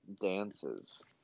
dances